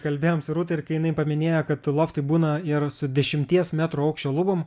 kalbėjom su rūta ir kai jinai paminėjo kad tie loftai būna ir su dešimties metrų aukščio lubom